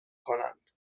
کنند